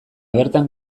bertan